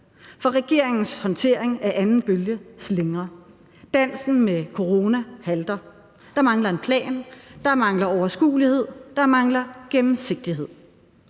For regeringens håndtering af anden bølge slingrer. Dansen med corona halter. Der mangler en plan; der mangler overskuelighed; der mangler gennemsigtighed.